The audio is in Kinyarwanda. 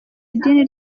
idini